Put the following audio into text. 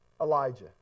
Elijah